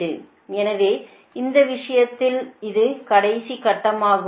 எனவே இந்த விஷயத்தில் இது கடைசி கட்டமாகும்